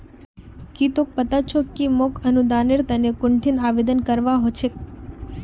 की तोक पता छोक कि मोक अनुदानेर तने कुंठिन आवेदन करवा हो छेक